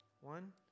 One